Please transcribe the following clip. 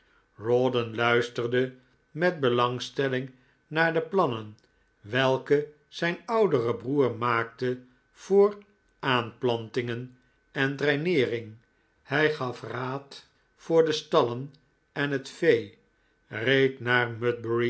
rawdon luisterde met belangstelling naar de plannen welke zijn oudere broer maakte voor aanplantingen en draineering hij gaf raad voor de stallen en het vee reed naar